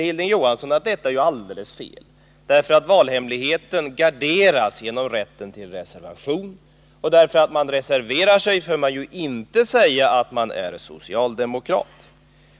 Hilding Johansson hävdar nu att valhemligheten garderas genom rätten till reservation och att man genom att reservera sig inte behöver säga att man inte är socialdemokrat.